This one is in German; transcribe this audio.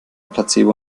placebo